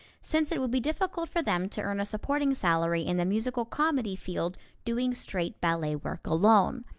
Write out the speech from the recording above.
since it would be difficult for them to earn a supporting salary in the musical comedy field doing straight ballet work alone.